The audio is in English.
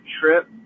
trip